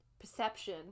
perception